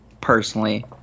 personally